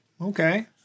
Okay